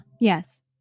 Yes